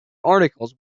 articles